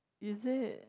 is it